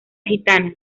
gitana